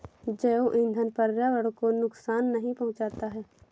जैव ईंधन पर्यावरण को नुकसान नहीं पहुंचाता है